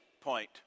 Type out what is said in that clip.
point